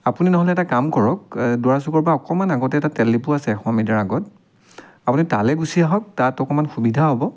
আপুনি নহ'লে এটা কাম কৰক দুৱৰাচুকৰপৰা অকণমান আগতে এটা তেল ডিপো আছে এশ মিটাৰ আগত আপুনি তালৈ গুচি আহক তাত অকণমান সুবিধা হ'ব